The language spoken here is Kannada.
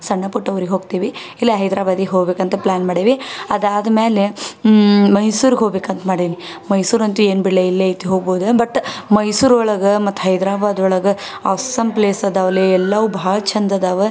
ಸಣ್ಣಪುಟ್ಟ ಊರಿಗೆ ಹೋಗ್ತೀವಿ ಇಲ್ಲ ಹೈದರಾಬಾದಿಗ್ ಹೊಗಬೇಕಂತ ಪ್ಲ್ಯಾನ್ ಮಾಡೇವಿ ಅದು ಆದಮೇಲೆ ಮೈಸೂರಿಗೆ ಹೋಗ್ಬೇಕಂತ ಮಾಡೀನಿ ಮೈಸೂರಂತೂ ಏನು ಬಿಡಲೇ ಇಲ್ಲಿಯೇ ಐತೆ ಹೋಗ್ಬೋದು ಬಟ್ ಮೈಸೂರು ಒಳಗೆ ಮತ್ತು ಹೈದರಾಬಾದ್ ಒಳಗೆ ಆಸ್ಸಾಮ್ ಪ್ಲೇಸ್ ಅದಾವ ಲೇ ಎಲ್ಲವೂ ಭಾಳ್ ಚಂದ ಅದಾವ